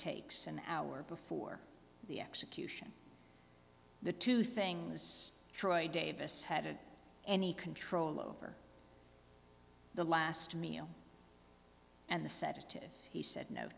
takes an hour before the execution the two things troy davis had any control over the last meal and the sedative he said no